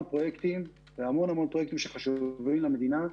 פרויקטים והמון פרויקטים חשובים למדינה.